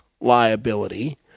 liability